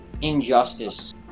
injustice